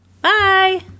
Bye